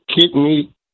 kidney